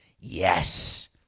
Yes